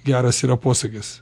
geras yra posakis